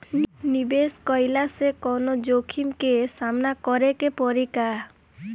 निवेश कईला से कौनो जोखिम के सामना करे क परि का?